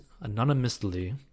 anonymously